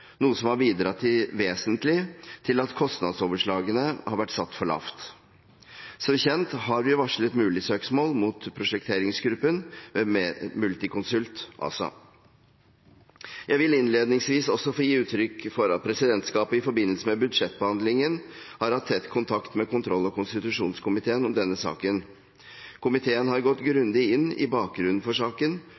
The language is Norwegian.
noe som har bidratt vesentlig til at kostnadsoverslagene har vært satt for lavt. Som kjent har vi varslet mulig søksmål mot prosjekteringsgruppen, Multiconsult ASA. Jeg vil innledningsvis også få gi uttrykk for at presidentskapet i forbindelse med budsjettbehandlingen har hatt tett kontakt med kontroll- og konstitusjonskomiteen om denne saken. Komiteen har gått grundig inn i bakgrunnen for saken